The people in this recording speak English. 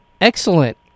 Excellent